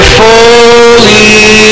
fully